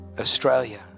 Australia